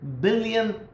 billion